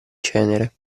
cenere